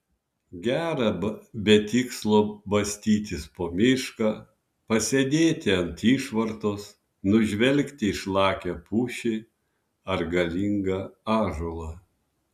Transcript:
gera be tikslo bastytis po mišką pasėdėti ant išvartos nužvelgti išlakią pušį ar galingą ąžuolą